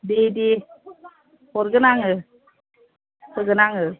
दे दे हरगोन आङो होगोन आङो